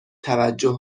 توجه